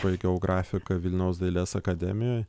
baigiau grafiką vilniaus dailės akademijoj